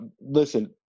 Listen